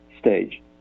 stage